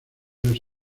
los